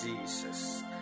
Jesus